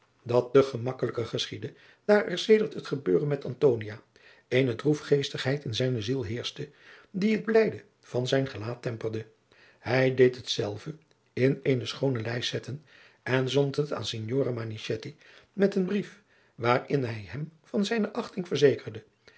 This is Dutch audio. dat te gemakkelijker geschiedde daar er sedert het gebeurde met antonia eene droefgeestigheid in zijne ziel heerschte die het blijde van zijn gelaat temperde hij deed hetzelve in eene schoone adriaan loosjes pzn het leven van maurits lijnslager lijst zetten en zond het aan signore manichetti met een brief waarin hij hem van zijne achting verzekerde